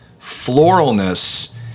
floralness